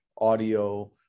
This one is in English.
audio